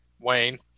Wayne